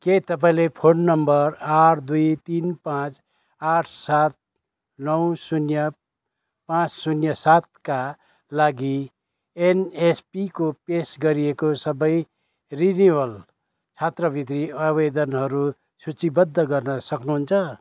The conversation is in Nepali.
के तपाईँँले फोन नम्बर आठ दुई तिन पाँच आठ सात नौ शून्य पाँच शून्य सातका लागि एनएसपीको पेस गरिएको सबै रिनिवल छात्रवृत्ति आवेदनहरू सूचीबद्ध गर्न सक्नु हुन्छ